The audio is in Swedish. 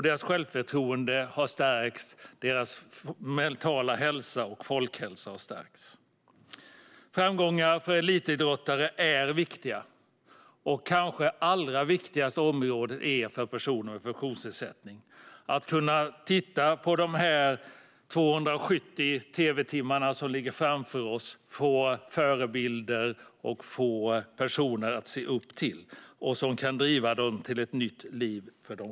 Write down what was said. Deras självförtroende och mentala hälsa har stärkts, och folkhälsan har stärkts. Framgångar för elitidrottare är viktiga. Det kanske allra viktigaste för personer med funktionsnedsättning är att kunna titta på de 270 tv-timmar som ligger framför oss och få förebilder, personer att se upp till, som kan driva dem själva till ett nytt liv.